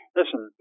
listen